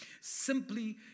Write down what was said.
Simply